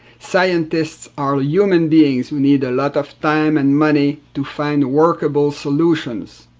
scientists are human beings who need a lot of time and money to find workable solutions.